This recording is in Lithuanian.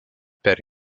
per